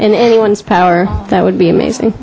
in anyone's power that would be amazing